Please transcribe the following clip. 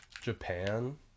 Japan